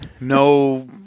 no